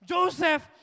Joseph